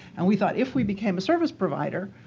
and we thought if we became a service provider,